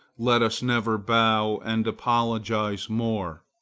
let us never bow and apologize more.